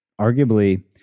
arguably